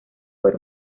por